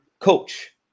coach